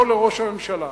כמו לראש הממשלה,